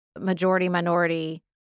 majority-minority